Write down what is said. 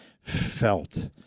felt